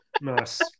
Nice